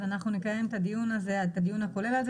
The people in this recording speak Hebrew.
אז אנחנו נקיים את הדיון הכולל הזה.